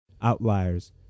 Outliers